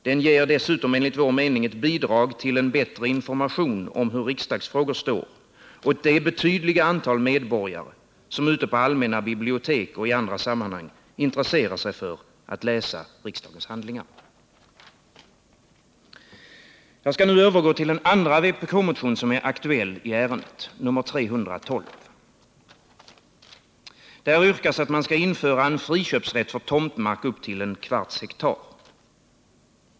Den ger dessutom enligt vår mening ett bidrag till en bättre information om hur riksdagsfrågor står åt det betydande antal medborgare som ute på allmänna bibliotek och i andra sammanhang intresserar sig för att läsa riksdagens handlingar. Jag skall nu övergå till en andra vpk-motion som är aktuell i ärendet, nr 312. Där yrkas att man skall införa en friköpsrätt för tomtmark upp till 0,25 hektar.